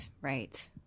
Right